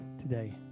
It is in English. today